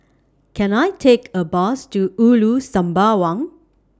Can I Take A Bus to Ulu Sembawang